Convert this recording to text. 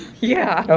yeah. go